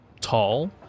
tall